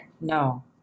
No